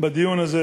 בדיון הזה,